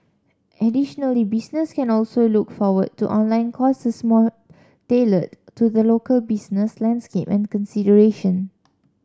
additionally businesses can also look forward to online courses more tailored to the local business landscape and consideration